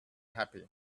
happy